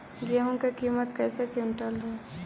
गेहू के किमत कैसे क्विंटल है?